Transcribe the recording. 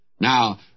Now